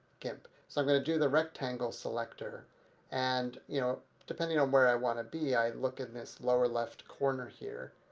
gimp. so i'm going to do the rectangle selector and you know depending on where i want to be, i look in this lower left corner here.